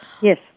Yes